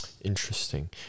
Interesting